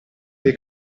dei